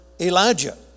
Elijah